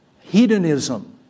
hedonism